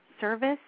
service